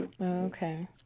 Okay